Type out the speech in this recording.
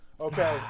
Okay